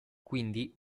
quindi